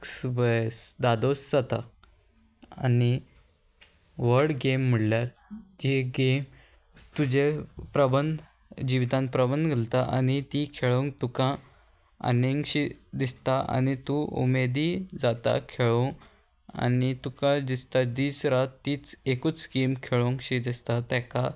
सुबेस दादोस जाता आनी व्हड गेम म्हणल्यार जी गेम तुजे प्रबंद जिवितान प्रबंद घालता आनी ती खेळोंक तुका आनीक शी दिसता आनी तूं उमेदी जाता खेळूंक आनी तुका दिसता दीस रात तिच एकूच गेम खेळोंक शी दिसता तेका